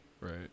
Right